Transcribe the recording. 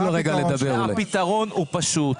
הפתרון הוא פשוט.